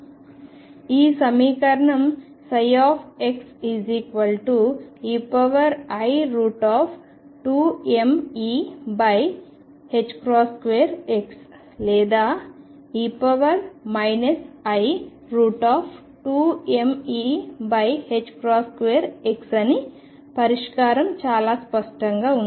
ఈ సమీకరణం ψ ei2mE2x లేదా e i2mE2x అని పరిష్కారం చాలా స్పష్టంగా ఉంది